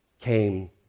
came